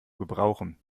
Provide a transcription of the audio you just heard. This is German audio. gebrauchen